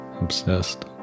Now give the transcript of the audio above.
obsessed